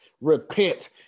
repent